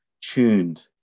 tuned